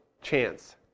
chance